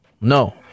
No